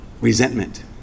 resentment